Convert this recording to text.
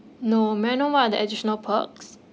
no may I know what are the additional perks